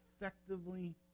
effectively